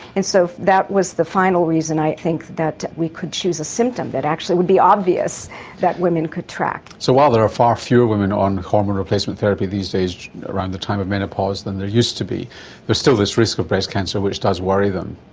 and so that was the final reason i think that we could choose a symptom that actually would be obvious that women could track. so while there are far fewer women on hormone replacement therapy these days around the time of menopause than there used to be there's still this risk of breast cancer which does worry them.